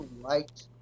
liked